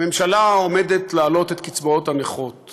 הממשלה עומדת להעלות את קצבאות הנכים